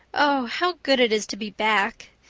oh, how good it is to be back!